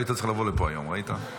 לא היית צריך לבוא לפה היום, ראית?